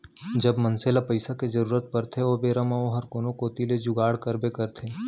जब मनसे ल पइसा के जरूरत परथे ओ बेरा म ओहर कोनो कोती ले जुगाड़ करबे करथे